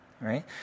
right